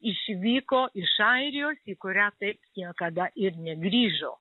išvyko iš airijos į kurią taip niekada ir negrįžo